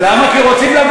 מעלה כשלים מקיר לקיר.